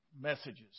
messages